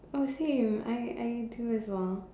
oh same I I do as well